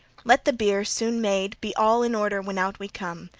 let the bier, soon made, be all in order when out we come,